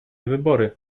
wybory